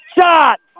Shot